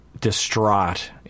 distraught